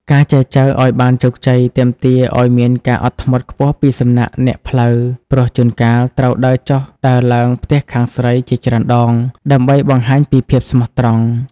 ការចែចូវឱ្យបានជោគជ័យ ទាមទារឱ្យមានការអត់ធ្មត់ខ្ពស់ពីសំណាក់អ្នកផ្លូវ ព្រោះជួនកាលត្រូវដើរចុះដើរឡើងផ្ទះខាងស្រីជាច្រើនដង ដើម្បីបង្ហាញពីភាពស្មោះត្រង់។